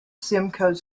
simcoe